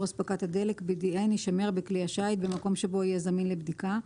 אספקת הדלק (BDN) יישמר בכלי השיט במקום שבו יהיה זמין לבדיקה.